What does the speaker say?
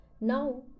Now